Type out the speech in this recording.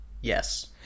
Yes